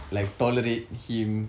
like tolerate him